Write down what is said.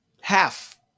Half